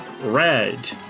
red